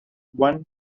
one